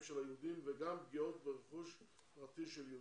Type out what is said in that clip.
של היהודים וגם פגיעות ברכוש פרטי של יהודים.